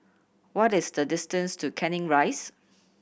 what is the distance to Canning Rise